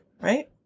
right